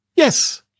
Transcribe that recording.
Yes